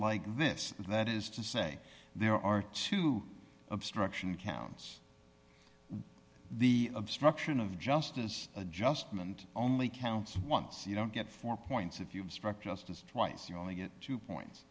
like this and that is to say there are two obstruction counts the obstruction of justice adjustment only counts once you don't get four points if you obstruct justice twice you only get two points